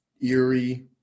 eerie